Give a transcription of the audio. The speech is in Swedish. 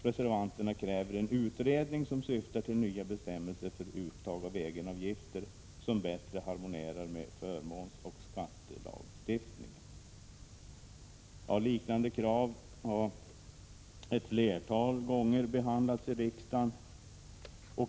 Reservanterna kräver en utredning som syftar till nya bestämmelser för uttag av egenavgifter som bättre harmonierar med förmånsoch skattelagstiftningen. Liknande krav har behandlats ett flertal gånger i riksdagen.